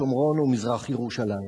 שומרון ומזרח-ירושלים?